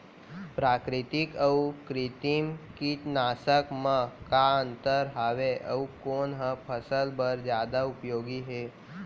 प्राकृतिक अऊ कृत्रिम कीटनाशक मा का अन्तर हावे अऊ कोन ह फसल बर जादा उपयोगी हे?